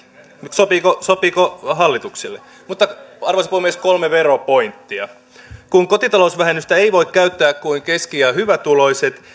sopiiko sopiiko hallitukselle arvoisa puhemies kolme veropointtia ensiksi kun kotitalousvähennystä eivät voi käyttää kuin keski ja ja hyvätuloiset